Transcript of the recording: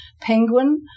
penguin